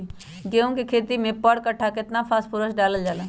गेंहू के खेती में पर कट्ठा केतना फास्फोरस डाले जाला?